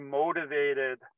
motivated